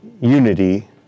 Unity